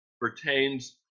pertains